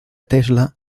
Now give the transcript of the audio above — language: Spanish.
tesla